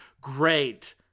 Great